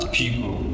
people